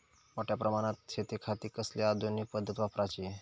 मोठ्या प्रमानात शेतिखाती कसली आधूनिक पद्धत वापराची?